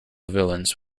villains